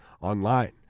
online